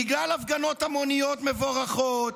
בגלל הפגנות המוניות מבורכות,